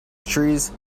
trees